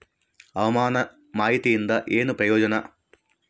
ಹವಾಮಾನ ಮಾಹಿತಿಯಿಂದ ಏನು ಪ್ರಯೋಜನ?